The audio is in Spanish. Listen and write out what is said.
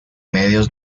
medios